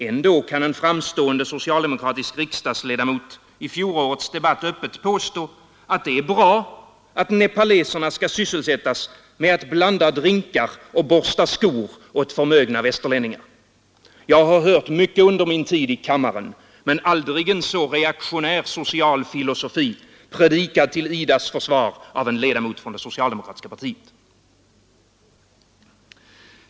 Ändå kunde en framstående socialdemokratisk riksdagsledamot i fjorårets debatt öppet påstå, att det är bra att nepaleserna skall sysselsättas med att blanda drinkar och borsta skor åt förmögna västerlänningar. Jag har hört mycket under min tid i kammaren men aldrig en så reaktionär social filosofi, predikad till IDA:s försvar av en ledamot från det socialdemokratiska partiet.